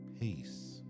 Peace